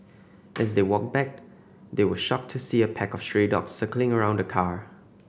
as they walked back they were shocked to see a pack of stray dogs circling around the car